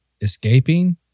escaping